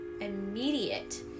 immediate